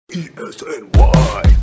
E-S-N-Y